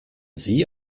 sie